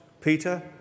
Peter